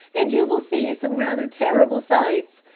and you will see some rather terrible sights.